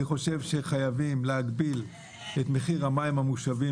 אני גם חושב שחייבים להגביל את מחיר המים המושבים